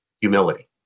Humility